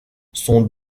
son